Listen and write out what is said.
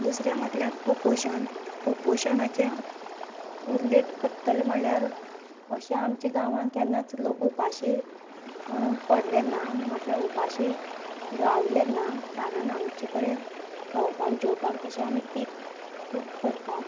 दुसरें म्हटल्यार कुपोशण कुपोशणाचे उल्लेख करतले म्हणल्यार अशें आमच्या गांवांत केन्नाच उपाशी पडले ना म्हटल्यार उपाशी रावले ना कारण आमचें कडेन खावपाक जेवपाक तशें आमी पीक खूब करतात